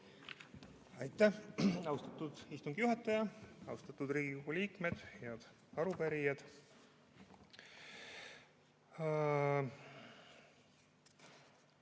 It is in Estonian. Aitäh, austatud istungi juhataja! Austatud Riigikogu liikmed! Head arupärijad!